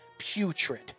putrid